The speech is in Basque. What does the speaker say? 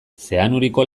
zeanuriko